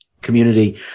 community